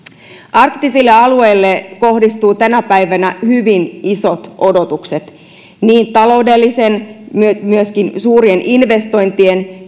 arktisille alueille kohdistuu tänä päivänä hyvin isot odotukset niin taloudellisesti suurien investointien